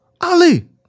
Ali